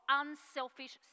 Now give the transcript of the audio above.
unselfish